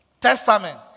Testament